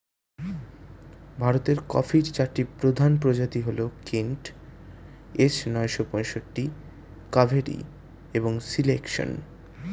ভারতের কফির চারটি প্রধান প্রজাতি হল কেন্ট, এস নয়শো পঁয়ষট্টি, কাভেরি এবং সিলেকশন